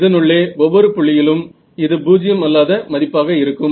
இதனுள்ளே ஒவ்வொரு புள்ளியிலும் இது பூஜ்ஜியம் அல்லாத மதிப்பாக இருக்கும்